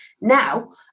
now